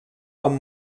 amb